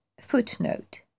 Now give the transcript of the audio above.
Footnote